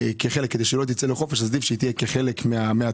כדי שלא תצא לחופש עדיף שהיא תהיה כחלק מהצוות,